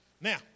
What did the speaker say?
now